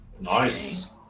Nice